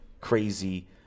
crazy